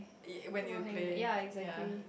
e~ when you play ya